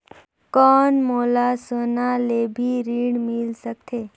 कौन मोला सोना ले भी ऋण मिल सकथे?